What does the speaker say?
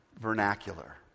vernacular